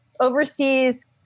overseas